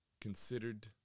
considered